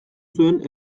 zuen